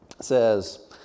says